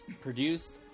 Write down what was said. produced